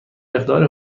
مقداری